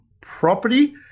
property